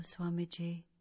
Swamiji